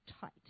tight